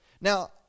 Now